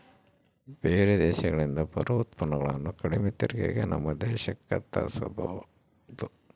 ಬೇರೆ ದೇಶಗಳಿಂದ ಬರೊ ಉತ್ಪನ್ನಗುಳನ್ನ ಕಡಿಮೆ ತೆರಿಗೆಗೆ ನಮ್ಮ ದೇಶಕ್ಕ ತರ್ಸಿಕಬೊದು